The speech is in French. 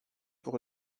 pour